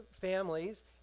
families